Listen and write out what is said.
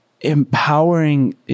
empowering